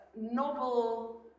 novel